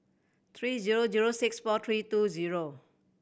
three zero zero six four three two zero